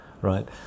right